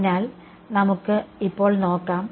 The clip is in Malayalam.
അതിനാൽ നമുക്ക് ഇപ്പോൾ നോക്കാം